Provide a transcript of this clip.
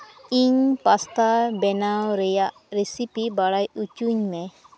ᱤᱧ ᱯᱟᱥᱛᱟ ᱵᱮᱱᱟᱣ ᱨᱮᱭᱟᱜ ᱨᱮᱥᱤᱯᱤ ᱵᱟᱲᱟᱭ ᱦᱚᱪᱚᱧ ᱢᱮ